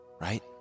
right